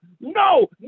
No